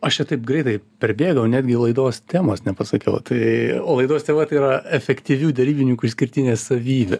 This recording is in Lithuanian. aš čia taip greitai perbėgau netgi laidos temos nepasakiau tai laidos tema tai yra efektyvių derybininkų išskirtinė savybė